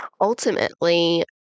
ultimately